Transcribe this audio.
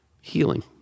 healing